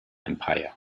empire